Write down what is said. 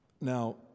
Now